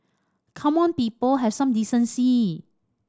come on people have some decency